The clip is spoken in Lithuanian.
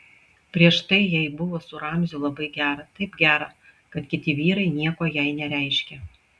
prieš tai jai buvo su ramziu labai gera taip gera kad kiti vyrai nieko jai nereiškė